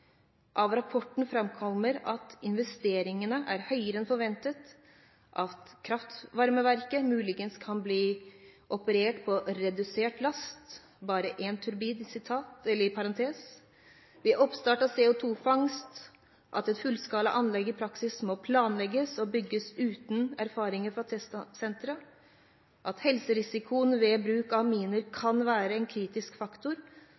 Av rapporten fremkommer at investeringene er høyere enn forventet, at kraftvarmeverket muligens kan bli operert på redusert last , ved oppstart av CO2-fangst, at et fullskala anlegg i praksis må planlegges og bygges uten erfaring fra testsenteret, at helserisiko ved bruk av aminer kan være en kritisk faktor